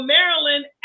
Maryland